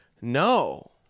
no